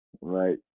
Right